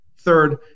Third